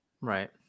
right